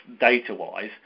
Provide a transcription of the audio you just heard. data-wise